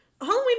halloween